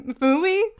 movie